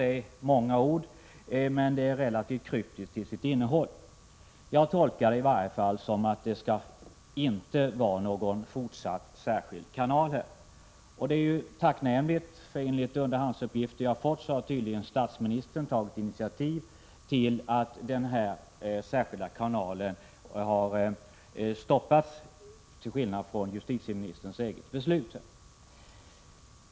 Det förekommer alltså många ord, men till innehållet är svaret relativt kryptiskt. Jag tolkar i varje fall svaret så, att det inte skall vara någon särskild kanal i fortsättningen, och det är ju tacknämligt. Enligt underhandsuppgifter som jag fått har statsministern tydligen tagit initiativ till att den särskilda kanalen stoppas — till skillnad från justitieministerns eget beslut.